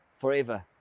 forever